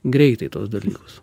greitai tuos dalykus